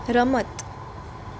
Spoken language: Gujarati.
રમત